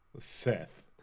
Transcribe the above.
Seth